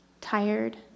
tired